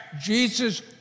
Jesus